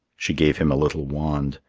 she gave him a little wand,